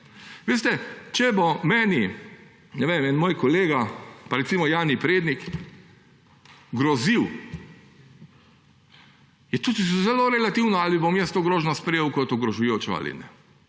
Veste, če bo meni, ne vem, en moj kolega, pa recimo Jani Prednik, grozil, je tudi zelo relativno, ali bom jaz to grožnjo sprejel kot ogrožajočo ali ne.